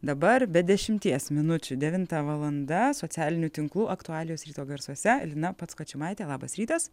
dabar be dešimties minučių devinta valanda socialinių tinklų aktualijos ryto garsuose lina patskočimaitė labas rytas